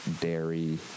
dairy